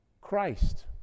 Christ